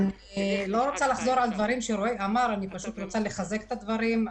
אני פשוט רוצה לחזק את הדברים.